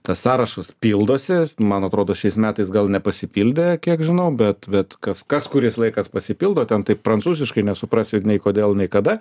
tas sąrašas pildosi man atrodo šiais metais gal nepasipildė kiek žinau bet bet kas kas kuris laikas pasipildo ten taip prancūziškai nesuprasi nei kodėl nei kada